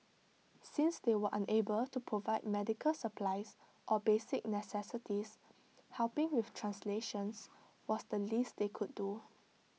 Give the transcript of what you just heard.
since they were unable to provide medical supplies or basic necessities helping with translations was the least they could do